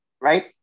Right